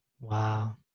wow